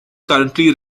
currently